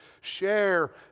share